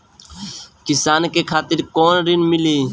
किसान के खातिर कौन ऋण मिली?